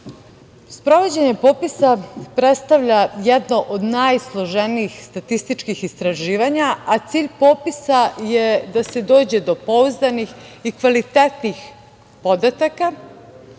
statistiku. Sprovođenje popisa predstavlja jedno od najsloženijih statističkih istraživanja, a cilj popisa je da se dođe do pouzdanih i kvalitetnih podataka.